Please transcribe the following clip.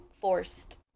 forced